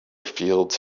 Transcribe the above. fields